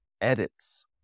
edits